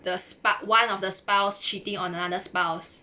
the spouse one of the spouse cheating on another spouse